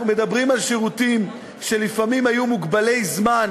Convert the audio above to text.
אנחנו מדברים על שירותים שלפעמים היו מוגבלי זמן